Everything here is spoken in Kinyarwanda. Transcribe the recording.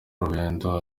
rurembo